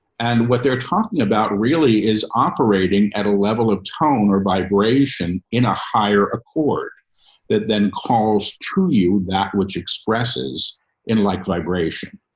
and what they're talking about really is operating at a level of tone or vibration in a higher accord that then calls true you that which expresses in like vibration.